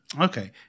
Okay